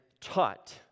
taught